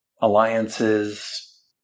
Alliances